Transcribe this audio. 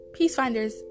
peacefinders